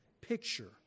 picture